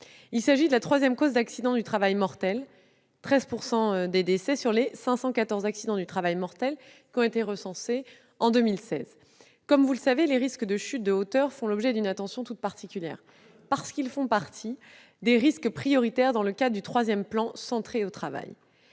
est la troisième cause d'accidents du travail mortels, responsable de 13 % des décès sur les 514 accidents du travail mortels recensés en 2016. Comme vous le savez, les risques de chutes de hauteur font l'objet d'une attention toute particulière, parce qu'ils font partie des risques prioritaires dans le cadre du troisième plan santé au travail.